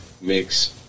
mix